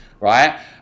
right